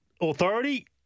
Authority